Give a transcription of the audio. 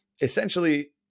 essentially